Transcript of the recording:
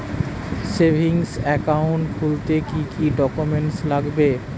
Savings account খুলতে কি কি ডকুমেন্টস লাগবে?